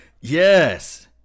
Yes